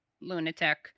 lunatic